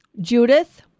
Judith